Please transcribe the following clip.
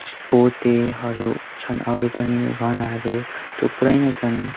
पोतेहरू छन् अरू पनि गहनाहरू थुप्रै नै छन्